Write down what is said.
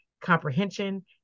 Comprehension